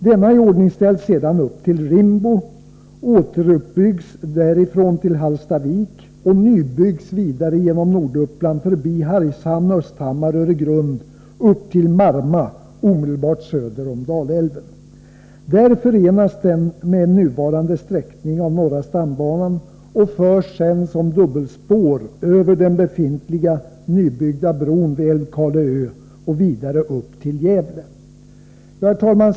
Denna iordningställs sedan upp till Rimbo, återuppbyggs därifrån till Hallstavik och nybyggs vidare genom Norduppland förbi Hargshamn, Östhammar och Öregrund upp till Marma, omedelbart söder om Dalälven. Där förenas den med nuvarande sträckning av norra stambanan och förs sedan som dubbelspår över den befintliga, nybyggda bron vid Älvkarleö och vidare upp till Gävle. Detta kan då bli sträckningen för alla fjärrtåg mot Norrland. Herr talman!